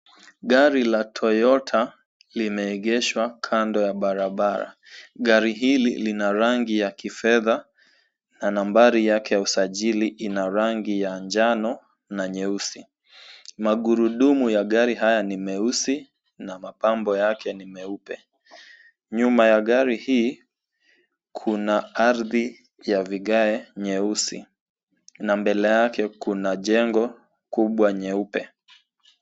Gari la Toyota limeegeshwa kando barabara. Gari hili lina rangi ya kifedha na nambari yake ya usajili ina rangi ya njano na nyeusi. Magurudumu ya gari haya ni meusi na mapambo yake ni meupe. Nyuma ya gari hii kuna ardhi ya vigae nyeusi na mbele yake kuna jengo kubwa nyeupe.